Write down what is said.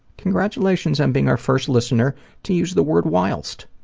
congratulations on being our first listener to use the word, whilst.